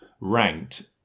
ranked